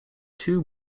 two